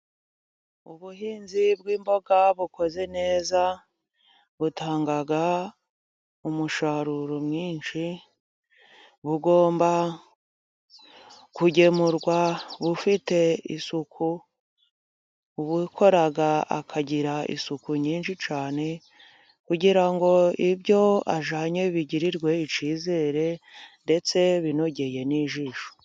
Ubuhinzi bw'imboga bukoze neza butanga umusaruro mwinshi, bugomba kugemurwa bufite isuku ubukora akagira isuku nyinshi cyane, kugira ngo ibyo ajyanye bigirirwe icyizere ndetse binogeye n'ijisho.